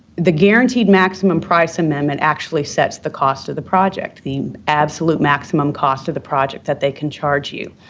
the guaranteed maximum price amendment actually sets the cost of the project, the absolute maximum cost of the project that they can charge you.